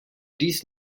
dies